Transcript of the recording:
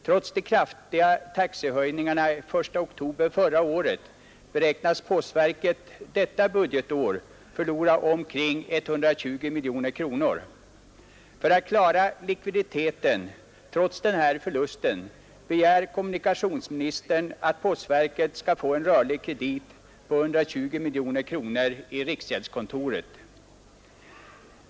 Trots de kraftiga taxehöjningarna den 1 oktober förra året beräknas postverket detta budgetår förlora omkring 120 miljoner kronor. För att klara likviditeten trots den här förlusten begär kommunikationsministern att postverket skall få en rörlig kredit på 120 miljoner kronor i riksgäldskontoret.